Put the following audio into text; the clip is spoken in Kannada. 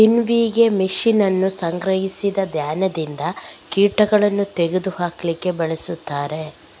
ವಿನ್ನೋವಿಂಗ್ ಮಷೀನ್ ಅನ್ನು ಸಂಗ್ರಹಿಸಿದ ಧಾನ್ಯದಿಂದ ಕೀಟಗಳನ್ನು ತೆಗೆದು ಹಾಕ್ಲಿಕ್ಕೆ ಬಳಸ್ತಾರೆ